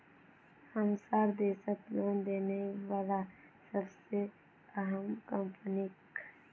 हमसार देशत लोन देने बला सबसे अहम कम्पनी क